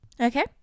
Okay